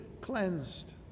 cleansed